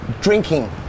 drinking